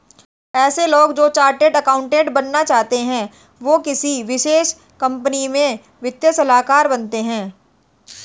ऐसे लोग जो चार्टर्ड अकाउन्टन्ट बनना चाहते है वो किसी विशेष कंपनी में वित्तीय सलाहकार बनते हैं